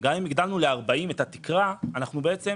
גם אם הגדלנו ל-40% את התקרה אנחנו בעצם